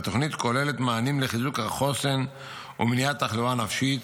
והתוכנית כוללת מענים לחיזוק החוסן ומניעת תחלואה נפשית